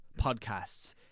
podcasts